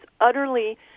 utterly